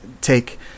take